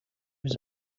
was